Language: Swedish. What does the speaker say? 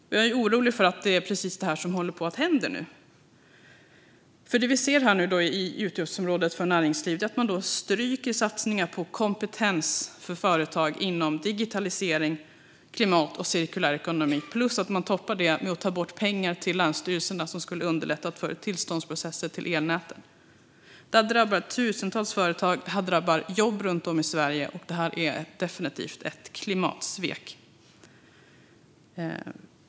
Jag är orolig för att det är precis detta som håller på att hända nu. Det vi ser på utgiftsområdet för näringslivet är ju att man stryker satsningar på kompetens för företag inom digitalisering, klimat och cirkulär ekonomi och toppar det med att ta bort pengarna till länsstyrelserna som skulle ha underlättat för tillståndsprocesser rörande elnäten. Det här drabbar tusentals företag. Det drabbar jobb runt om i Sverige och är definitivt ett klimatsvek.